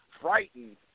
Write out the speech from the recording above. frightened